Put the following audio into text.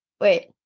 wait